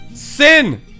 sin